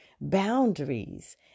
boundaries